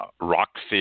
rockfish